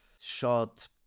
shot